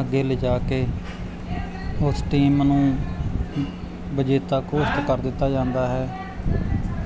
ਅੱਗੇ ਲਿਜਾ ਕੇ ਉਸ ਟੀਮ ਨੂੰ ਵਿਜੇਤਾ ਘੋਸ਼ਿਤ ਕਰ ਦਿੱਤਾ ਜਾਂਦਾ ਹੈ